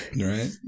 Right